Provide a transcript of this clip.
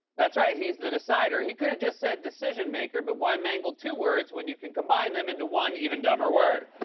that's right he's the decider. he could've just said decision maker, but why mangle two words when you can combine them into one even dumber word?